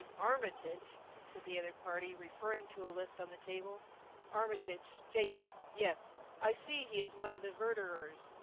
armitage! said the other party, referring to a list on the table armitage jacob yes i see he is one of the verderers.